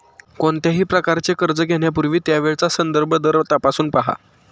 कोणत्याही प्रकारचे कर्ज घेण्यापूर्वी त्यावेळचा संदर्भ दर तपासून पहा